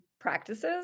practices